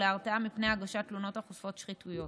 ולהרתעה מפני הגשת תלונות החושפות שחיתויות.